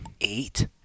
Eight